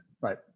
Right